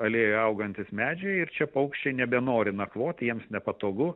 alėjoje augantys medžiai ir čia paukščiai nebenori nakvoti jiems nepatogu